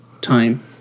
time